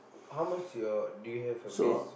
how much your do you have a base